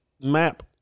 map